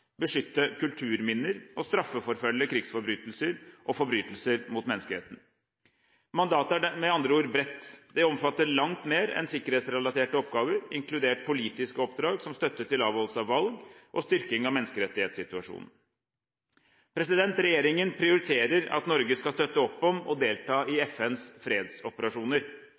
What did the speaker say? beskytte kulturminner straffeforfølge krigsforbrytelser og forbrytelser mot menneskeheten. Mandatet er med andre ord bredt. Det omfatter langt mer enn sikkerhetsrelaterte oppgaver, inkludert politiske oppdrag som støtte til avholdelse av valg og styrking av menneskerettighetssituasjonen. Regjeringen prioriterer at Norge skal støtte opp om og delta i FNs fredsoperasjoner.